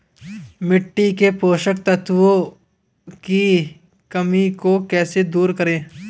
मिट्टी के पोषक तत्वों की कमी को कैसे दूर करें?